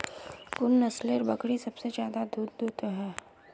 कुन नसलेर बकरी सबसे ज्यादा दूध दो हो?